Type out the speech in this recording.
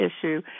issue